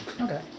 Okay